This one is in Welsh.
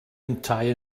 yntau